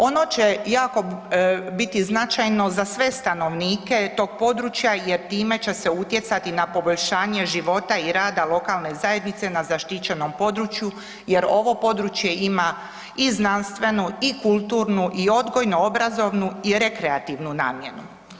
Ono će jako biti značajno za sve stanovnike tog područja jer time će se utjecati na poboljšanje života i rada lokalne zajednice na zaštićenom području jer ovo područje ima i znanstvenu i kulturnu i odgojno-obrazovnu i rekreativnu namjenu.